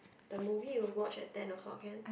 the movie we watch at ten o-clock can